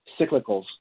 cyclicals